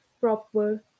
proper